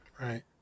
right